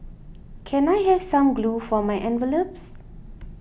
can I have some glue for my envelopes